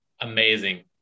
amazing